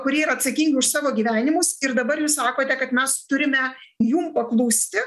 kurie yra atsakingi už savo gyvenimus ir dabar jūs sakote kad mes turime jum paklusti